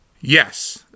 yes